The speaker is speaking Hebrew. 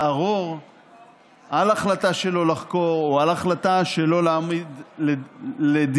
לערור על החלטה שלא לחקור או על החלטה שלא להעמיד לדין.